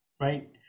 right